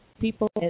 People